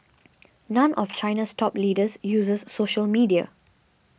none of China's top leaders uses social media